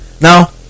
now